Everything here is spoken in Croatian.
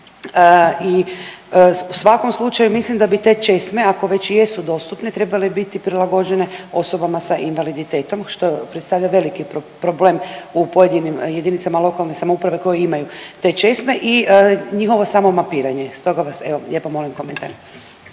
I u svakom slučaju mislim da bi te česme ako već i jesu dostupne trebale biti prilagođene osobama sa invaliditetom što predstavlja veliki problem u pojedinim jedinicama lokalne samouprave koje imaju te česme i njihovo samo mapiranje. Stoga vas evo lijepo molim komentar.